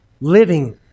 living